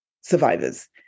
survivors